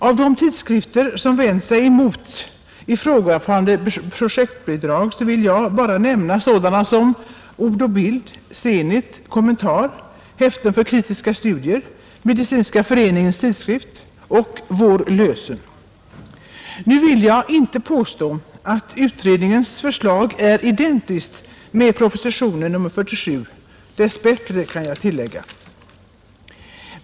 Av de tidskrifter som vänt sig emot ifrågavarande projektbidrag vill jag bara nämna sådana som Ord och Bild, Zenit, Kommentar, Häften för kritiska studier, Medicinska föreningens tidskrift och Vår Lösen. Nu vill jag inte påstå att utredningens förslag är identiskt med proposition nr 47 — dess bättre, kan jag tillägga.